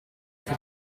chi